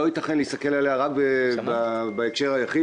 לא ייתכן להסתכל על הדברים רק בהקשר היחיד